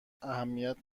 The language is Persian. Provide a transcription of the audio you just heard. اهمیت